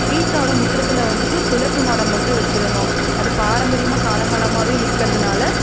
வீட்டோட முற்றத்தில் வந்துவிட்டு துளசி மாடம் மட்டும் வச்சுருந்தோம் அது பாரம்பரியமாக காலம் காலமாகவே இருக்கறதுனால